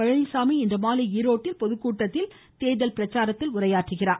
பழனிச்சாமி இன்றுமாலை ஈரோட்டில் பொதுக்கூட்டத்தில் தேர்தல் பிரச்சாரம் மேற்கொள்கிறார்